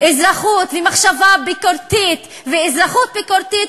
אזרחות ומחשבה ביקורתית ואזרחות ביקורתית